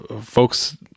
folks